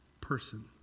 person